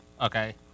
Okay